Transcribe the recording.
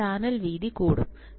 അപ്പോൾ ചാനൽ വീതി കൂടും